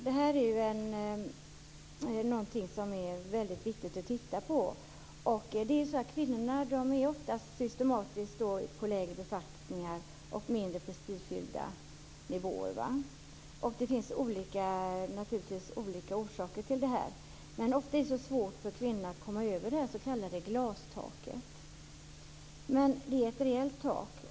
Detta är något som är väldigt viktigt att se över. Kvinnorna har systematiskt lägre befattningar och på mindre prestigefyllda nivåer. Det finns naturligtvis olika orsaker till detta. Men ofta är det svårt för kvinnorna att komma över det s.k. glastaket. Det är ett reellt tak.